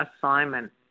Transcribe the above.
assignment